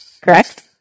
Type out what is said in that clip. Correct